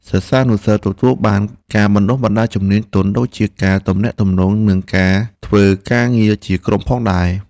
សិស្សានុសិស្សទទួលបានការបណ្តុះបណ្តាលជំនាញទន់ដូចជាការទំនាក់ទំនងនិងការធ្វើការងារជាក្រុមផងដែរ។